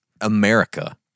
America